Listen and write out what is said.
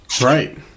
Right